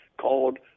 called